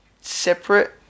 separate